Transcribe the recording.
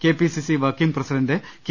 KPCC working president K